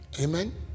Amen